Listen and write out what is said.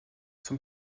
zum